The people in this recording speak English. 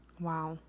Wow